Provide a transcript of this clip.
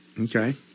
Okay